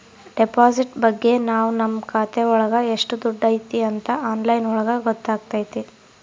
deposit ಬಗ್ಗೆ ನಾವ್ ನಮ್ ಖಾತೆ ಒಳಗ ಎಷ್ಟ್ ದುಡ್ಡು ಐತಿ ಅಂತ ಆನ್ಲೈನ್ ಒಳಗ ಗೊತ್ತಾತತೆ